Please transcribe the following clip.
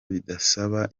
bidasaba